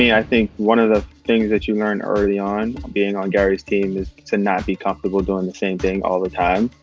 i think one of the things that you learned early on being on gary's team is to not be comfortable doing the same thing all the time.